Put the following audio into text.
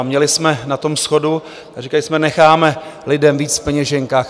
Měli jsme na tom shodu a říkali jsme: Necháme lidem víc v peněženkách.